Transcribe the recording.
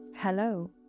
Hello